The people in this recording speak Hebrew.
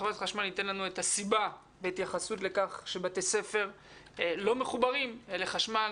שחברת חשמל ייתן לנו את הסיבה בהתייחסות לכך שבתי ספר לא מחוברים לחשמל.